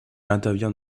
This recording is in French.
intervient